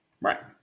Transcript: Right